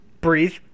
Breathe